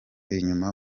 inyuma